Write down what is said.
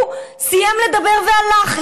סיים לדבר והלך,